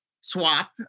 swap